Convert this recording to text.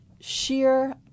sheer